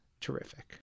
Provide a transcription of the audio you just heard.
terrific